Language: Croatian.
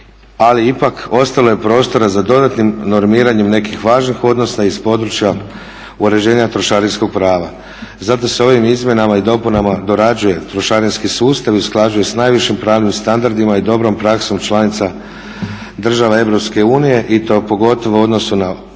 ali ipak ostalo je prostora za dodatnim normiranjem nekih važnih odnosa iz područja uređenja trošarinskog prava. Zato se ovim izmjenama i dopunama dorađuje trošarinski sustav i usklađuje s najvišim standardima i dobrom praksom članica država Europske unije i to pogotovo u odnosu na usklađivanje